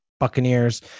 buccaneers